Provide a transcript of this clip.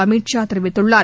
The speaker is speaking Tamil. அமித் ஷா தெரிவித்துள்ளார்